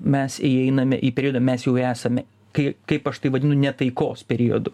mes įeiname į periodą mes jau esame kai kaip aš tai vadinu netaikos periodu